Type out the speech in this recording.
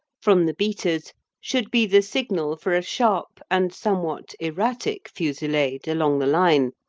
from the beaters should be the signal for a sharp and somewhat erratic fusillade along the line,